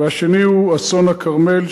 והשני על אסון הכרמל,